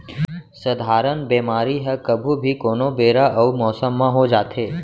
सधारन बेमारी ह कभू भी, कोनो बेरा अउ मौसम म हो जाथे